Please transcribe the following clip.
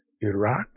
Iraq